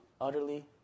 utterly